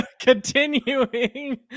continuing